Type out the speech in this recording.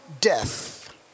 death